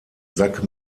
sack